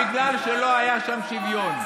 רק בגלל שלא היה שם שוויון.